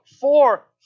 four